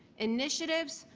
initiatives,